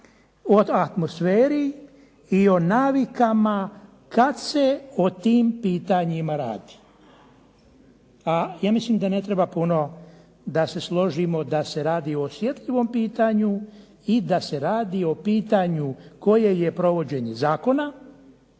o atmosferi i o navikama kad se o tim pitanjima radi. A ja mislim da ne treba puno da se složimo da se radi o osjetljivom pitanju i da se radi o pitanju koje je provođenje zakona